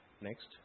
next